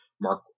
Mark